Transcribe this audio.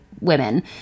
women